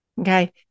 Okay